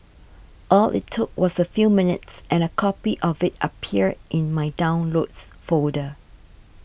all it took was a few minutes and a copy of it appeared in my Downloads folder